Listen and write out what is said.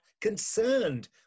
concerned